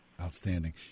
Outstanding